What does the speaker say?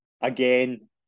again